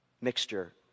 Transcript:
mixture